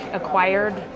acquired